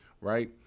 right